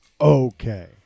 Okay